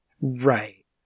right